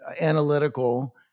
analytical